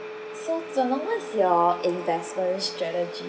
so Zheng-Long what's your investment strategy